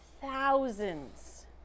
thousands